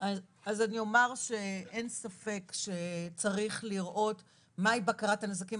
אז אני אומר שאין ספק שצריך לראות מהי בקרת הנזקים.